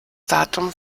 datum